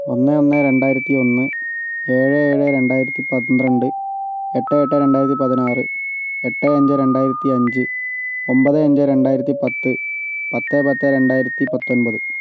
ഒന്ന് ഒന്ന് രണ്ടായിരത്തി ഒന്ന് ഏഴ് ഏഴ് രണ്ടായിരത്തി പന്ത്രണ്ട് എട്ട് എട്ട് രണ്ടായിരത്തി പതിനാറ് എട്ട് അഞ്ച് രണ്ടായിരത്തി അഞ്ച് ഒൻപത് അഞ്ച് രണ്ടായിരത്തി പത്ത് പത്ത് പത്ത് രണ്ടായിരത്തി പത്തൊൻപത്